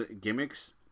gimmicks